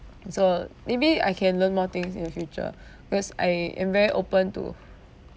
so maybe I can learn more things in the future because I am very open to